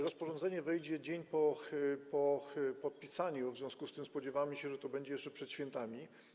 Rozporządzenie wejdzie w życie dzień po podpisaniu, w związku z tym spodziewamy się, że to będzie jeszcze przed świętami.